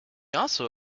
also